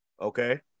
Okay